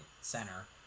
center